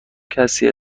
کسی